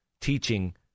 teaching